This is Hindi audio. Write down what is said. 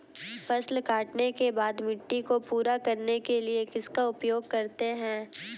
फसल काटने के बाद मिट्टी को पूरा करने के लिए किसका उपयोग करते हैं?